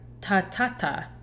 tatata